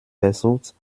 versucht